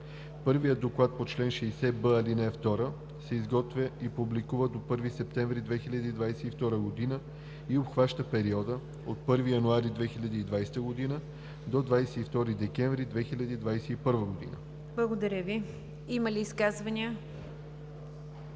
Благодаря Ви. Има ли изказвания?